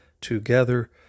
together